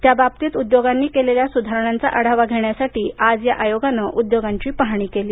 त्याबाबतीत उद्योगांनी केलेल्या सुधारणांचा आढावा घेण्यासाठी आज या आयोगानं उद्योगांची पाहणी केली